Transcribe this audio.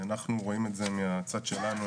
אנחנו רואים את זה מהצד שלנו,